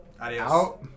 adios